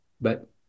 but-